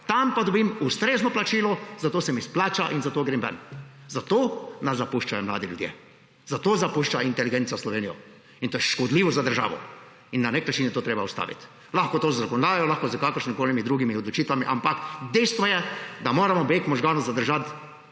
tam pa dobim ustrezno plačilo, zato se mi splača in zato grem ven? Zato nas zapuščajo mladi ljudje, zato zapušča inteligenca Slovenijo in to je škodljivo za državo in na nek način je to treba ustaviti. Lahko z zakonodajo, lahko s kakršnimikoli drugimi odločitvami, ampak dejstvo je, da moramo beg možganov zadržati.